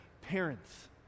parents